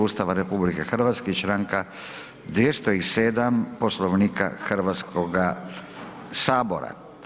Ustava RH i članka 207 Poslovnika Hrvatskoga sabora.